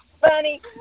funny